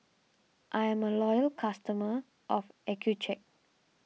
I am a loyal customer of Accucheck